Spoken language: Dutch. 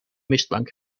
mistbank